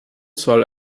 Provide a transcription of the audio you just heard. soll